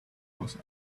was